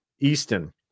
Easton